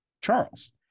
charles